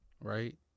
right